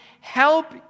help